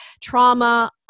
trauma